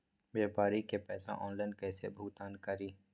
व्यापारी के पैसा ऑनलाइन कईसे भुगतान करी?